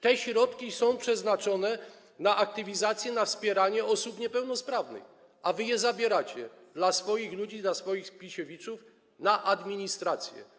Te środki są przeznaczone na aktywizację, na wspieranie osób niepełnosprawnych, a wy je zabieracie dla swoich ludzi, dla swoich Pisiewiczów, na administrację.